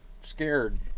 scared